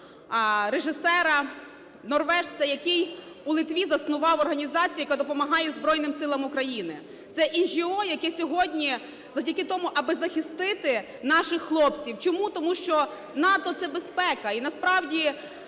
режисера, норвежця, який у Литві заснував організацію, яка допомагає Збройним Силам України. Це NGO, яке сьогодні… завдяки тому, аби захистити наших хлопців. Чому? Тому що НАТО – це безпека.